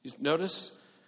Notice